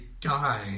die